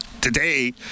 Today